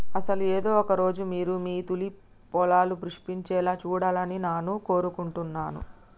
అసలు ఏదో ఒక రోజు మీరు మీ తూలిప్ పొలాలు పుష్పించాలా సూడాలని నాను కోరుకుంటున్నాను